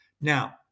Now